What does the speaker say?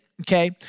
okay